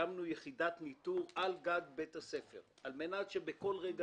הקמנו יחידת ניטור על גג בית הספר על מנת שבכל רגע